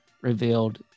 revealed